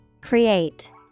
Create